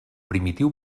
primitiu